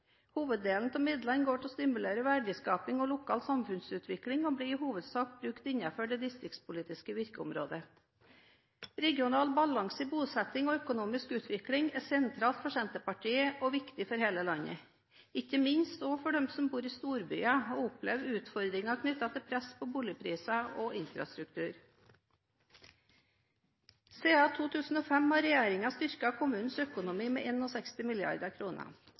Hoveddelen av midlene går til å stimulere verdiskaping og lokal samfunnsutvikling og blir i hovedsak brukt innenfor det distriktspolitiske virkeområdet. Regional balanse i bosetting og økonomisk utvikling er sentralt for Senterpartiet og viktig for hele landet – ikke minst for dem som bor i storbyer og opplever utfordringer knyttet til press på boligpriser og infrastruktur. Siden 2005 har regjeringen styrket kommunenes økonomi med